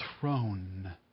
throne